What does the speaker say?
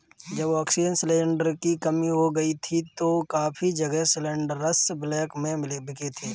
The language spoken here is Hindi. जब ऑक्सीजन सिलेंडर की कमी हो गई थी तो काफी जगह सिलेंडरस ब्लैक में बिके थे